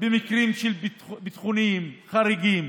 במקרים של אירועים ביטחוניים חריגים